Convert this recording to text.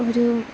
ഒരൂ